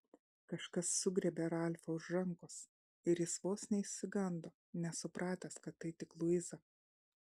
kažkas sugriebė ralfą už rankos ir jis vos neišsigando nesupratęs kad tai tik luiza